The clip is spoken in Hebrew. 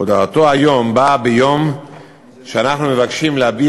הודעתו היום באה ביום שאנחנו מבקשים להביע